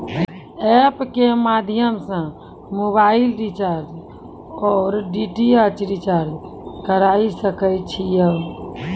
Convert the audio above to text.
App के माध्यम से मोबाइल रिचार्ज ओर डी.टी.एच रिचार्ज करऽ सके छी यो?